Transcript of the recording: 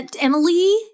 Emily